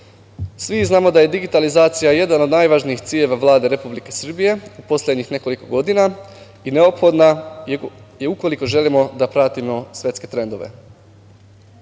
znamo da je digitalizacija jedan od najvažnijih ciljeva Vlade Republike Srbije u poslednjih nekoliko godina i neophodna je ukoliko želimo da pratimo svetske trendove. Ukupno